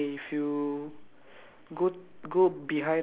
okay then okay if you